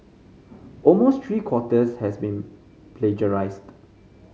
almost three quarters has been plagiarised